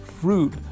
fruit